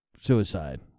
suicide